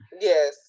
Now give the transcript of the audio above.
Yes